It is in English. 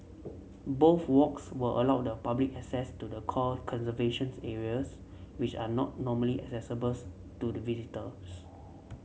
both walks will allow the public access to the core conservation's areas which are not normally accessible to the visitors